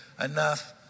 enough